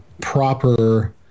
proper